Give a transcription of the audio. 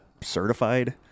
certified